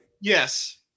yes